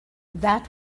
that